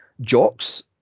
jocks